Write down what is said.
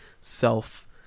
self